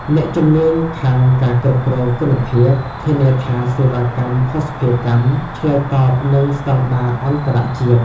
អ្នកជំនាញខាងការគ្រប់គ្រងគុណភាព ធានាថាសេវាកម្មភស្តុភារកម្មឆ្លើយតបនឹងស្តង់ដារអន្តរជាតិ។